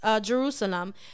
Jerusalem